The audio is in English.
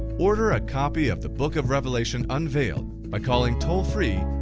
order a copy of the book of revelation unveiled by calling toll-free,